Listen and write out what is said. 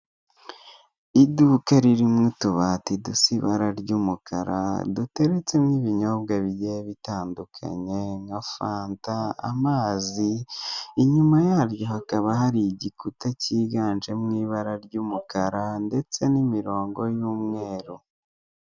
Iduka ririmo utubati dusa ibara ry'umukara, duteretsemo ibinyobwa bigeye bitandukanye, nka fanta, amazi, inyuma yaryo hakaba hari igikuta cyiganjemo ibara ry'umukara ndetse n'imirongo y'umweru.